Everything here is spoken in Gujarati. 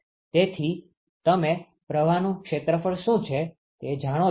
તેથી તમે પ્રવાહનું ક્ષેત્રફળ શું છે તે જાણો છો